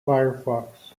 firefox